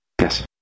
Yes